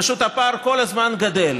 פשוט הפער כל הזמן גדל.